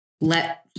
let